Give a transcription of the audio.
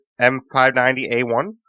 M590A1